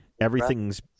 everything's